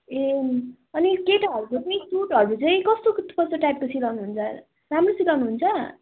ए अनि केटाहरको चाहिँ सुटहरू चाहिँ कस्तो क कस्तो टाइपको सिलाउनु हुन्छ राम्रै सिलाउनु हुन्छ